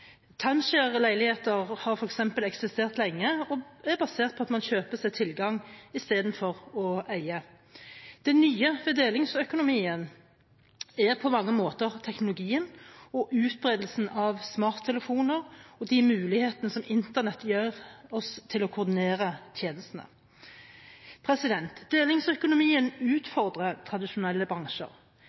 eksistert lenge og er basert på at man kjøper seg tilgang istedenfor å eie. Det nye ved delingsøkonomien er på mange måter teknologien og utbredelsen av smarttelefoner og de mulighetene internett gir oss til å koordinere tjenestene. Delingsøkonomien utfordrer tradisjonelle bransjer.